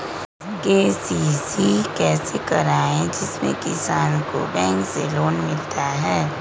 KCC कैसे कराये जिसमे किसान को बैंक से लोन मिलता है?